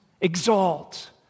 Exalt